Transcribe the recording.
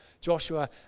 Joshua